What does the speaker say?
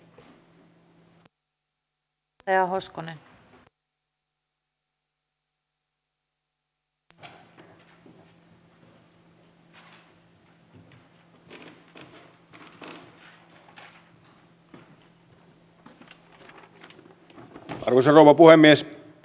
arvoisa rouva puhemies